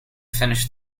finish